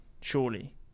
surely